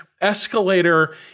escalator